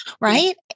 right